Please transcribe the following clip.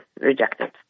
rejected